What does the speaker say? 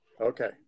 Okay